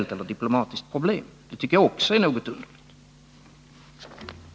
Är inte detta litet märkligt? Detta tycker åtminstone jag är något underligt.